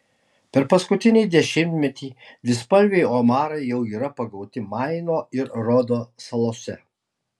per paskutinį dešimtmetį dvispalviai omarai jau yra pagauti maino ir rodo salose